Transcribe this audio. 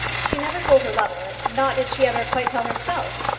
she never told her lover, not did she ever quite tell herself,